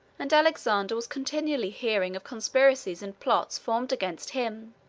and alexander was continually hearing of conspiracies and plots formed against him.